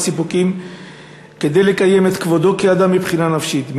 סיפוקים כדי לקיים את כבודו כאדם מבחינה נפשית.